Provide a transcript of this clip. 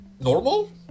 normal